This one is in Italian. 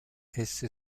esse